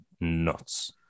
nuts